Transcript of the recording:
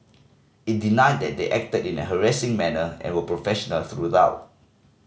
it denied that they acted in a harassing manner and were professional throughout